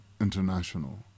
international